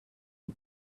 and